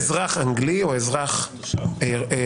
אני אזרח אנגלי או אזרח צרפתי,